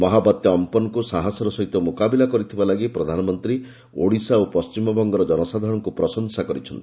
ମହାବାତ୍ୟା ଅମ୍ପନ୍କୁ ସାହସର ସହିତ ମୁକାବିଲା କରିଥିବା ଲାଗି ପ୍ରଧାନମନ୍ତ୍ରୀ ଓଡ଼ିଶା ଓ ପଣ୍ଢିମବଙ୍ଗର ଜନସାଧାରଣଙ୍କୁ ପ୍ରଶଂସା କରିଛନ୍ତି